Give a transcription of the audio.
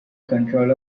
control